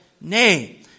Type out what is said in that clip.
Nay